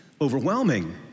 overwhelming